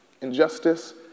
injustice